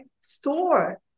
store